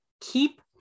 Keep